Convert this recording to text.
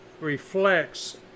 reflects